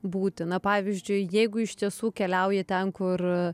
būti na pavyzdžiui jeigu iš tiesų keliauji ten kur